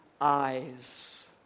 eyes